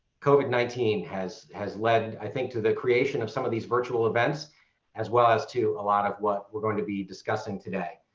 covid nineteen has has led i think to the creation of some of these virtual events as well as to a lot of what we're going to be discussing today.